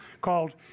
called